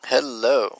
Hello